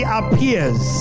appears